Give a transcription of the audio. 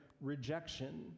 rejection